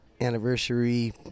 anniversary